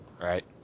Right